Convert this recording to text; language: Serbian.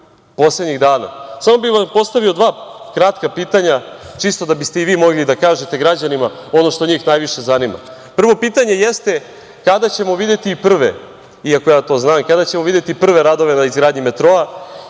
poslednjih dana. Samo bi vam postavio dva kratka pitanja čisto da biste i vi mogli da kažete građanima ono što njih najviše zanima. Prvo pitanje jeste – kada ćemo videti prve, i ako ja to znam, kada ćemo videti prve radove na izgradnji metroa?